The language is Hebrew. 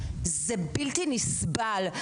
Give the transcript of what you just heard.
זה בלתי נסבל.